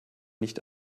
nicht